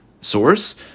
source